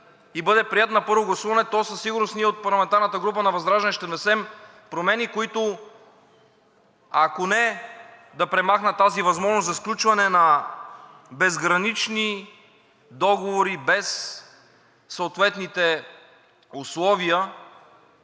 и бъде приет на първо гласуване, то със сигурност ние от парламентарната група на ВЪЗРАЖДАНЕ ще внесем промени, които, ако не премахнат тази възможност за сключване на безгранични договори без съответните условия